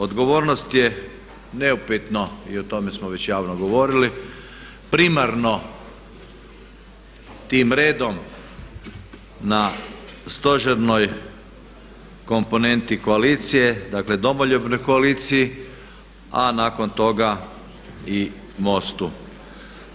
Odgovornost je neupitno, i o tome smo već javno govorili, primarno tim redom na stožernoj komponentni koalicije, dakle Domoljubnoj koaliciji a nakon toga i MOST-u.